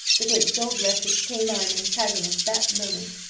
the great dog left his canine antagonist that moment,